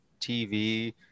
TV